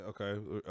okay